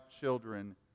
children